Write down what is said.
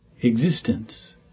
Existence